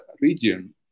region